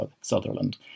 Sutherland